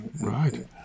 Right